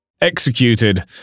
Executed